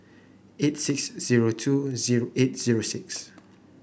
eight six zero two zero eight zero six